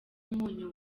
umunyu